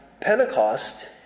Pentecost